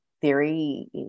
theory